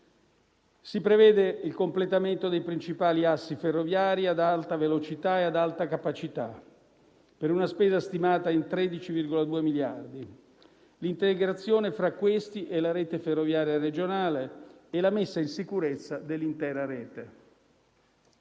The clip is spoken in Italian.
Si prevede il completamento dei principali assi ferroviari ad alta velocità e ad alta capacità, per una spesa stimata in 13,2 miliardi di euro, l'integrazione tra questi e la rete ferroviaria regionale e la messa in sicurezza dell'intera rete.